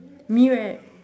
me right